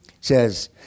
says